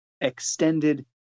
extended